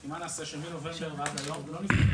כי מה לעשות שמנובמבר עד היום לא נפתחו